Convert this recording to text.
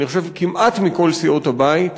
אני חושב כמעט מכל סיעות הבית.